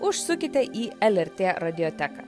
užsukite į lrt radioteką